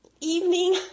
evening